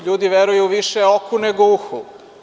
Ljudi veruju više oku nego uhu.